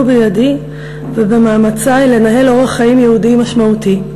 בידי ובמאמצי לנהל אורח חיים יהודי משמעותי.